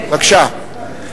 בבקשה.